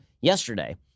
yesterday